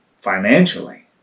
financially